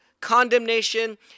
condemnation